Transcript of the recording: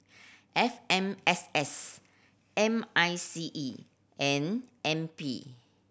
F M S S M I C E and N P